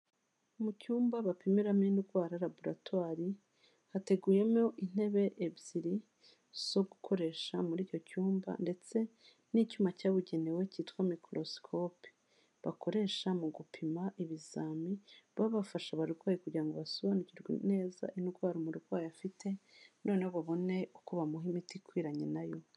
Mu cyumba bapimiramo indwara laboratwari hateguyemo intebe ebyiri zo gukoresha muri icyo cyumba ndetse n'icyuma cyabugenewe cyitwa mikorosikope bakoresha mu gupima ibizami, baba bafasha abarwayi kugira ngo basobanukirwe neza indwara umurwayi afite, noneho babone uko bamuha imiti ikwiranye nayo.